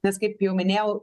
nes kaip jau minėjau